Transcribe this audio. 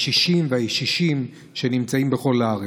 הקשישים והישישים שנמצאים בכל הארץ.